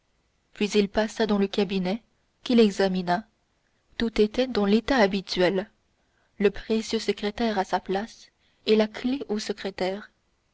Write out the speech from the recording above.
puis il passa dans le cabinet qu'il examina tout était dans l'état habituel le précieux secrétaire à sa place et la clef au secrétaire